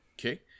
Okay